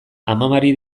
amamari